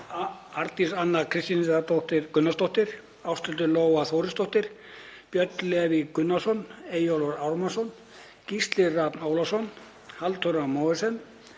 Arndís Anna Kristínardóttir Gunnarsdóttir, Ásthildur Lóa Þórsdóttir, Björn Leví Gunnarsson, Eyjólfur Ármannsson, Gísli Rafn Ólafsson, Halldóra Mogensen,